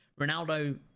Ronaldo